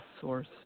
source